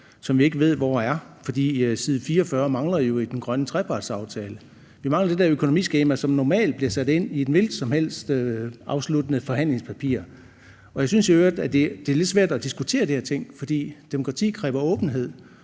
som vi ikke ved hvor er, for side 44 mangler jo i den grønne trepartsaftale. Vi mangler det der økonomiskema, som normalt bliver sat ind i et hvilket som helst afsluttende forhandlingspapir. Jeg synes i øvrigt, det er lidt svært at diskutere de her ting, for demokrati kræver åbenhed.